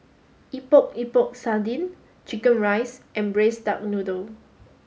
epok epok sardin chicken rice and braised duck noodle